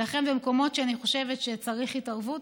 ולכן במקומות שאני חושבת שצריך התערבות,